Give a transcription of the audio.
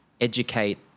educate